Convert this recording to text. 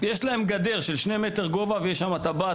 יש להם גדר של 2 מ' גובה ויש שם טבעת